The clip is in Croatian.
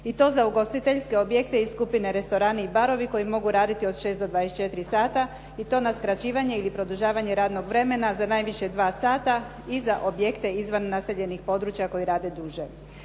I to za ugostiteljske objekte i skupine restorani i barovi koji mogu raditi od 6 do 24 sata i to na skraćivanje ili produžavanje radnog vremena za najviše dva sata i za objekte izvan naseljenih područja koji rade duže.